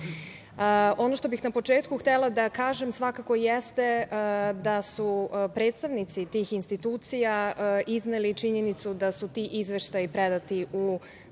što bih na početku htela da kažem svakako jeste da su predstavnici tih institucija izneli činjenicu da su ti izveštaji predati u